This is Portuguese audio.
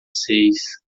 seis